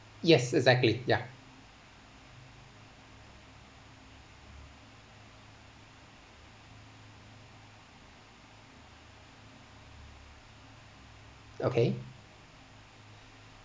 yes exactly ya okay